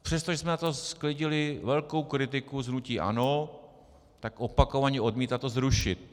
Přestože jsme za to sklidili velkou kritiku z hnutí ANO, tak opakovaně odmítá to zrušit.